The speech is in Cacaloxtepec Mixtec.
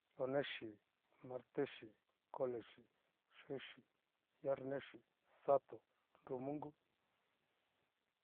Lonexi, martexi, colexi, juexi, giarnexi, sato, nrumungu.